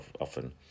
often